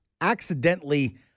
accidentally